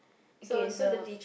so the